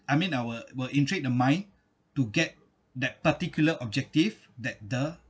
I mean our will intrigue the mind to get that particular objective that the